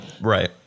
Right